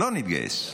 לא נתגייס.